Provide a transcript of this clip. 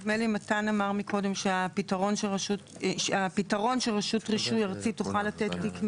נדמה לי שמתן אמר קודם שהפתרון שרשות רישוי ארצית תוכל לתת תיק מידע,